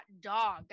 dog